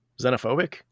xenophobic